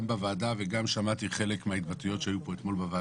גם אתמול,